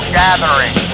gathering